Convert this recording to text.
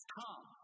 come